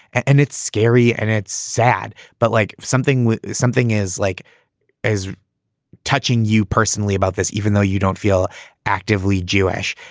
and it's scary and it's sad but like something something is like is touching you personally about this, even though you don't feel actively jewish.